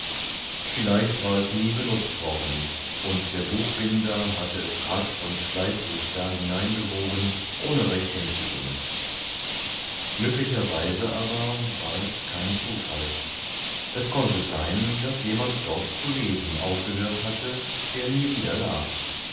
vielleicht war es nie benutzt worden und der buchbinder hatte es rasch und fleißig da hineingebogen ohne recht hinzusehen möglicherweise aber war es kein zufall es konnte sein daß jemand dort zu lesen aufgehört hatte der nie wieder las